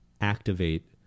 activate